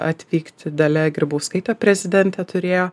atvykti dalia grybauskaitė prezidentė turėjo